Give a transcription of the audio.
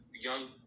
young